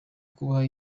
kubaha